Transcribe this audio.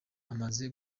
amaze